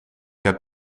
heb